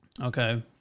okay